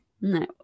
No